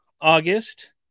august